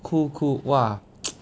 cool cool !wah!